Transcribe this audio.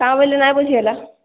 ତା ବୋଲି ନାହିଁ ବୋଲୁଛି ଏକା